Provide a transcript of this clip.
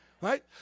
right